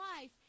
life